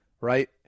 right